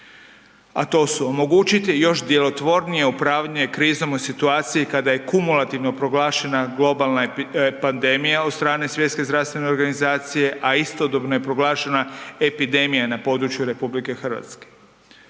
A to su: omogućiti još djelotvornije upravljanje krizom u situaciji kada je kumulativno proglašenje globalna pandemija od strane Svjetske zdravstvene organizacije, a istodobno je proglašena epidemija na području RH. Pojam zarazne